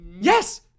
Yes